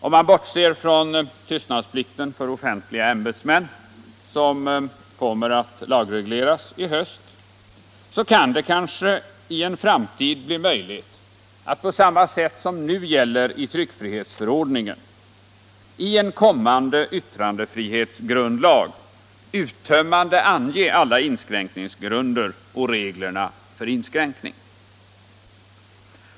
Om man bortser från tystnadsplikten för offentliga ämbetsmän, som kommer att lagregleras i höst, så kan det kanske i en framtid bli möjligt att på samma sätt som nu gäller i tryckfrihetsförordningen i en kommande yttrandefrihetgrundlag uttömmande ange alla inskränkningsgrunder och reglerna för inskränkning.